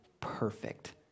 perfect